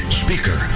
speaker